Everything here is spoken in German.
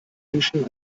menschen